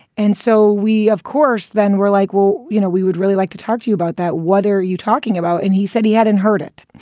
and so we, of course, then were like, well, you know, we would really like to talk to you about that. what are you talking about? and he said he hadn't heard it.